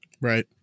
Right